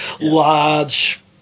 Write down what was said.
large